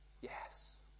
yes